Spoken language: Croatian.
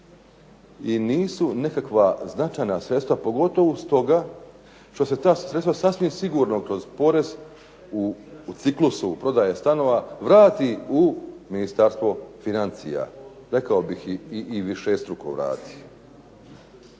i nisu nekakva značajna sredstva pogotovo stoga što se ta sredstva sasvim sigurno kroz porez u ciklusu prodaje stanova vrati u Ministarstvo financija. Rekao bih i višestruko vrati.